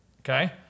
Okay